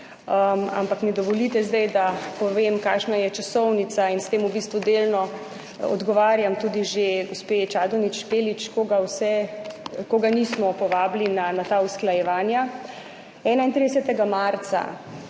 Ampak mi dovolite zdaj, da povem kakšna je časovnica in s tem v bistvu delno odgovarjam tudi že gospe Čadonič Špelič, koga vse, ko ga nismo povabili na ta usklajevanja. 31. marca